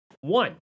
One